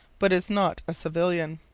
but is not a civilian.